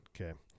Okay